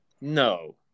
No